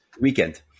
weekend